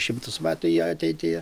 šimtus metų į ateityje